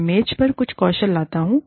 मैं मेज पर कुछ कौशल लाता हूं